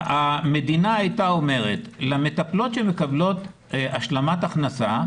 המדינה הייתה אומרת למטפלות שמקבלות השלמת הכנסה,